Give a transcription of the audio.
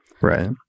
Right